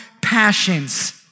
passions